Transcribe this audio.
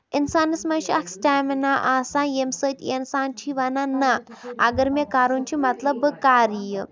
اِنسانَس منٛز چھُ اکھ سِٹیمنا آسان ییٚمہِ سۭتۍ اِنسان چھُ یہِ وَنان نہ اَگر مےٚ کَرُن چھُ مطلب بہٕ کَرٕ یہِ